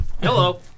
Hello